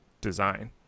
design